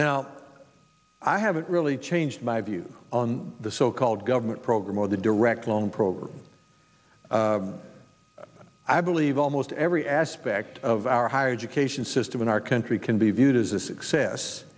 now i haven't really changed my view on the so called government program or the direct loan program i believe almost every aspect of our higher education system in our country can be viewed as a success